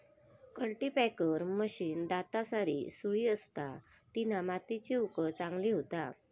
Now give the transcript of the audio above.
cultipacker machine दातांसारी सुरी असता तिना मातीची उकळ चांगली होता